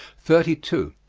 thirty two.